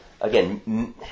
again